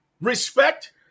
Respect